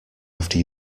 after